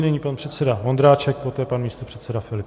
Nyní pan předseda Vondráček, poté pan místopředseda Filip.